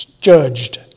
judged